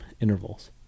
intervals